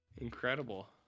Incredible